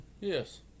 Yes